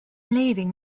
leaving